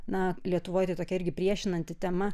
na lietuvoj tai tokia irgi priešinanti tema